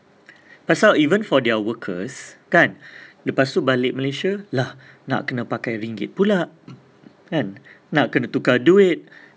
pasal even for their workers kan lepas tu balik malaysia lah nak kena pakai ringgit pulak up kan nak tukar duit